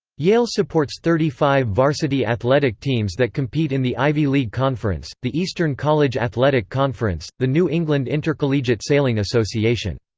yale supports thirty five varsity athletic teams that compete in the ivy league conference, the eastern college athletic conference, the new england intercollegiate sailing association.